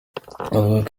avugako